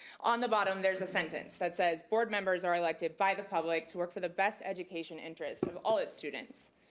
on the bottom there's a sentence that says board members are elected by the public to work for the best education interest of all its students.